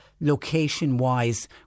location-wise